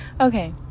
Okay